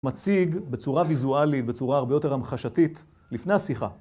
מציג בצורה ויזואלית, בצורה הרבה יותר המחשתית לפני השיחה.